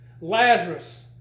Lazarus